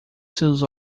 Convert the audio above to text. seus